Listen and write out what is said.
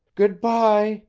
good-by!